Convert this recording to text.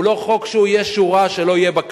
הוא לא חוק שיהיה שורה שלא יהיה בה כלום.